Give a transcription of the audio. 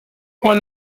one